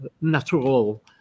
natural